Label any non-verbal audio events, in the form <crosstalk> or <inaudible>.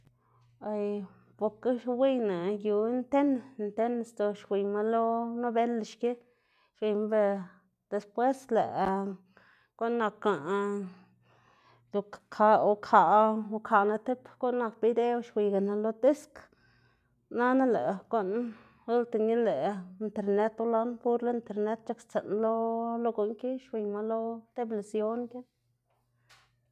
bay bokga uwiyná yu antena, antena sdzob xwiyma lo novela xki xwiyma ber después lëꞌ guꞌn nak <hesitation> <unintelligible> ukaꞌ- ukaꞌnu tib guꞌn nak bídeo xwiyganu lo disk, nana lëꞌ guꞌn ultimo i lëꞌ internet ulan purla internet c̲h̲akstsiꞌn lo lo guꞌn ki xwiyma lo telebisión ki.